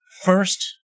first